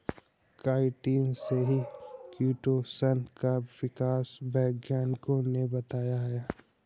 chitin से ही chitosan का विकास वैज्ञानिकों ने बताया है